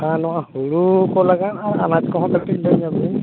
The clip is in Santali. ᱦᱮᱸ ᱱᱚᱣᱟ ᱦᱩᱲᱩ ᱠᱚ ᱞᱟᱜᱟᱫ ᱟᱨ ᱟᱱᱟᱡᱽ ᱠᱚᱦᱚᱸ ᱠᱟᱹᱴᱤᱡ ᱞᱟᱹᱭ ᱧᱚᱜᱽᱵᱤᱱ